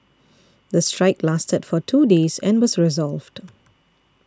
the strike lasted for two days and was resolved